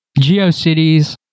GeoCities